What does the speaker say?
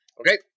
Okay